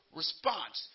response